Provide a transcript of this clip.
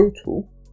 total